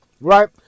right